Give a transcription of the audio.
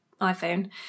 iPhone